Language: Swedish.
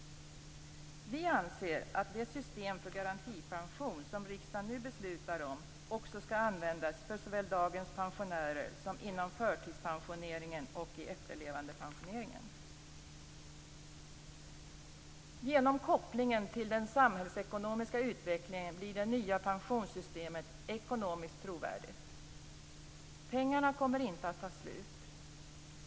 Vi anser att det system för garantipension som riksdagen nu beslutar om också skall användas för såväl dagens pensionärer som inom förtidspensioneringen och i efterlevandepensionen. Genom kopplingen till den samhällsekonomiska utvecklingen blir det nya pensionssystemet ekonomiskt trovärdigt. Pengarna kommer inte att ta slut.